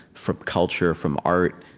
from culture, from art,